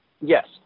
Yes